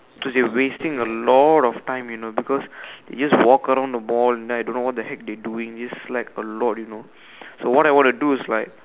cause they're wasting a lot of time you know because they just walk around the Mall and I don't know what the heck they doing they just slack a lot you know so what I want to do is like